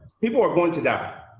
people are going to die.